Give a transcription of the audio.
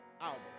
album